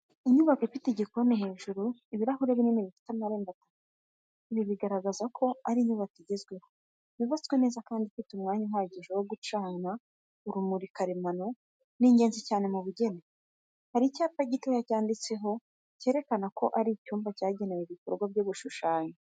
Inyubako ifite igikoni hejuru ibirahure binini bifite amarembo atatu. Ibi bigaragaza ko ari inyubako igezweho, yubatswe neza kandi ifite umwanya uhagije wo gucana urumuri karemano ni ingenzi cyane mu bugeni. Hari icyapa gitoya cyanditseho cyerekana ko ari icyumba cyagenewe ibikorwa byo gushushanya.